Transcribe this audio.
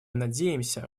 надеемся